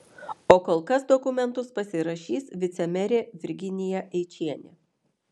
o kol kas dokumentus pasirašys vicemerė virginija eičienė